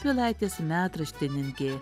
pilaitės metraštininkė